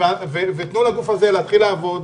תנו לגוף הזה להתחיל לעבוד,